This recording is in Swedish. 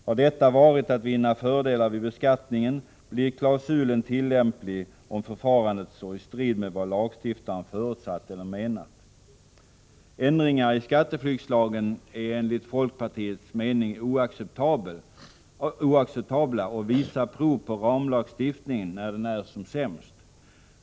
Har detta varit att vinna fördelar vid beskattningen blir klausulen tillämplig om förfarandet står i strid med vad lagstiftaren förutsatt eller menat. Ändringarna i skatteflyktslagen är enligt folkpartiets mening oacceptabla och visar prov på ramlagstiftning när den är som sämst.